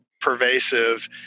pervasive